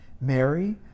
Mary